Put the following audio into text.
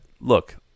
look